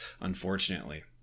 unfortunately